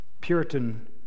Puritan